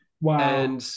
Wow